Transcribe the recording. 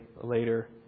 later